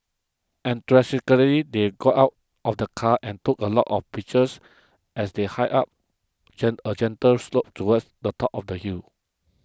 they got out of the car and took a lot of pictures as they hiked up a gentle slope towards the top of the hill